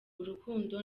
urukundo